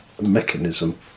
mechanism